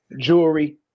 jewelry